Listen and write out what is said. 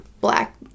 black